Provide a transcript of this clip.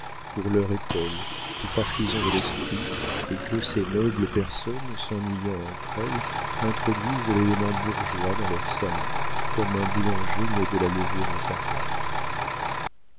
pour leur étole ou parce qu'ils ont de l'esprit et que ces nobles personnes s'ennuyant entre elles introduisent l'élément bourgeois dans leurs salons comme un boulanger met de la levûre dans sa pâte